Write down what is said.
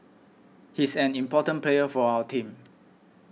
he's an important player for our team